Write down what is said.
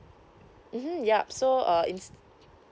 mmhmm yup so uh is